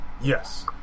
Yes